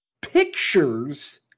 pictures